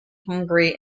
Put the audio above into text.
hungary